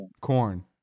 Corn